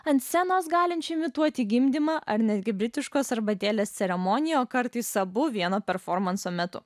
ant scenos galinčių imituoti gimdymą ar netgi britiškos arbatėlės ceremoniją o kartais abu vieno performanso metu